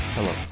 Hello